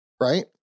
right